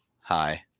Hi